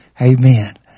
Amen